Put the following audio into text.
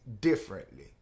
differently